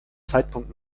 zeitpunkt